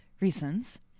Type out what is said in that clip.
reasons